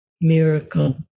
miracle